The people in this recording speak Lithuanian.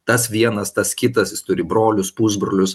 tas vienas tas kitas jis turi brolius pusbrolius